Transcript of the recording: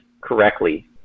correctly